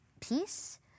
peace